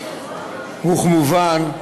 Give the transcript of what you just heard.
וכמובן,